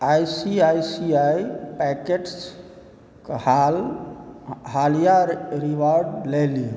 आइ C आइ C आइ packets क हालिया reward लए लिअ